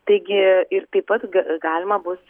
taigi ir taip pat galima bus